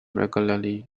regularly